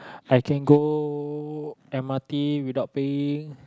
I can go M_R_T without paying